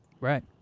Right